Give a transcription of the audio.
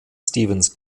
stevens